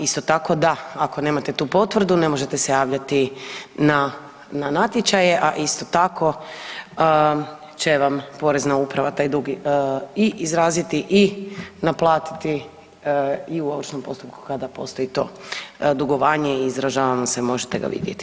Isto tako da, ako nemate tu potvrdu ne možete se javljati na natječaje, a isto tako će vam Porezna uprava taj dug i izraziti i naplatiti i u ovršnom postupku kada postoji to dugovanje i izražavam se i možete ga vidjeti.